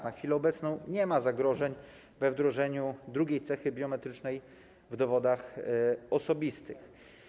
Na chwilę obecną nie ma zagrożeń dotyczących wdrożenia drugiej cechy biometrycznej w dowodach osobistych.